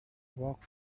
work